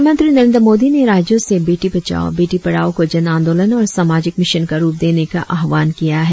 प्रधानमंत्री नरेंद्र मोदी ने राज्यों से बेटी बचाओ बेटी पढ़ाओ को जन आंदोलन और सामाजिक मिशन का रुप देने का आह्वान किया है